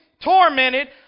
tormented